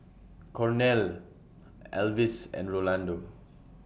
Cornel Alvis and Rolando